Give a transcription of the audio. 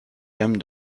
gamme